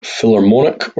philharmonic